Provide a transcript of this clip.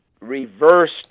reversed